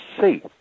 see